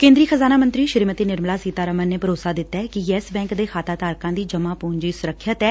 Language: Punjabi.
ਕੇਂਦਰੀ ਖ਼ਜ਼ਾਨਾ ਮੰਤਰੀ ਸ੍ਰੀਮਤੀ ਨਿਰਮਲਾ ਸੀਤਾਰਮਨ ਨੇ ਭਰੋਸਾ ਦਿੱਤੈ ਕਿ ਯੈਸ ਬੈਂਕ ਦੇ ਖਾਤਾ ਧਾਰਕਾਂ ਦਾ ਜਮਾ ਪੂੰਜੀ ਸੁਰੱਖਿਅਤ ਐ